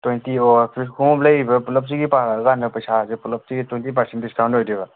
twenty ꯑꯣ ꯈꯨꯃꯨꯛ ꯂꯩꯔꯤꯕ ꯄꯨꯂꯞꯁꯤꯒꯤ ꯄꯥꯔꯀꯥꯟꯗ ꯄꯩꯁꯥꯁꯦ ꯄꯨꯂꯞꯇꯨꯒꯤ ꯇ꯭ꯋꯦꯟꯇꯤ ꯄꯥꯔꯁꯦꯟ ꯗꯤꯁꯀꯥꯎꯟ ꯑꯣꯏꯗꯣꯏꯕ